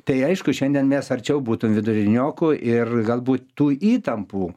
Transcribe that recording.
tai aišku šiandien mes arčiau būtum viduriniokų ir galbūt tų įtampų